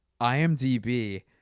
IMDb